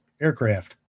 aircraft